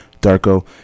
Darko